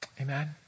Amen